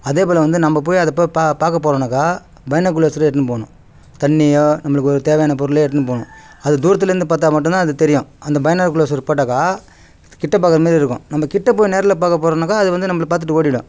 அதே போல் வந்து நம்ம போய் அது போய் பாக் பார்க்க போகிறோனாக்கா பைனாகுலர்ஸ்ஸு எடுத்துன்னு போகணும் தண்ணியோ நம்மளுக்கு ஒரு தேவையான பொருள் எடுத்துன்னு போகணும் அது தூரத்தில் இருந்து பார்த்த மட்டும்தான் அது தெரியும் அந்த பைனாகுலர்ஸ்ஸு போட்டாக்கா கிட்ட பார்க்குற மாதிரி இருக்கும் நம்ம கிட்டே போய் நேரில் பார்க்க போகிறோனாக்கா அது வந்து நம்மளை பார்த்துட்டு ஓடிடும்